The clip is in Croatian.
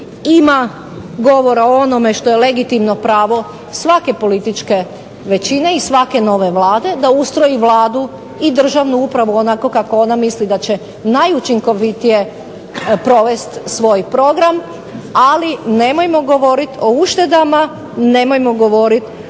ima govora o onome što je legitimno pravo svake političke većine i svake nove vlade da ustroji vladu i državnu upravo onako kako ona misli da će najučinkovitije provesti svoj program, ali nemojmo govoriti o uštedama, nemojmo govoriti